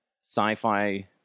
sci-fi